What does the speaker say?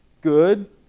Good